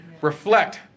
Reflect